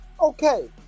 okay